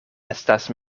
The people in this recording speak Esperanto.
estas